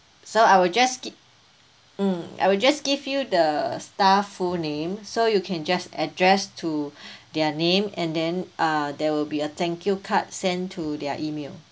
so I will just gi~ mm I will just give you the staff full name so you can just address to their name and then uh there will be a thank you card sent to their email